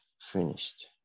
finished